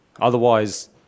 Otherwise